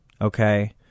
okay